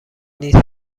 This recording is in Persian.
نیست